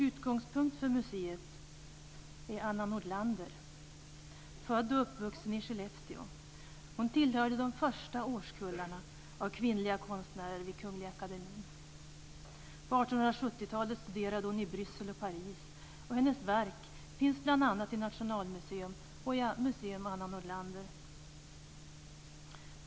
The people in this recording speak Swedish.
Utgångspunkten för museet är Anna Nordlander, född och uppvuxen i Skellefteå. Hon tillhörde de första årskullarna kvinnliga konstnärer vid Kungliga Akademien. På 1870-talet studerade hon i Bryssel och Paris. Hennes verk finns bl.a. i Nationalmuseum och Museum Anna Nordlander.